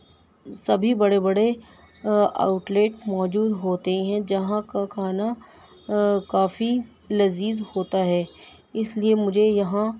سبھی بڑے بڑے آؤٹ لیٹ موجود ہوتے ہیں جہاں کا کھانا کافی لذیذ ہوتا ہے اس لئے مجھے یہاں